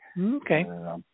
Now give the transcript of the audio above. Okay